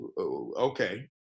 okay